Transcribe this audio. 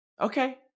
okay